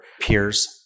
peers